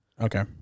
Okay